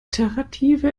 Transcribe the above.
iterative